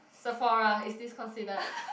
Sephora is this considered